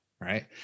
Right